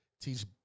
teach